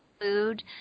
food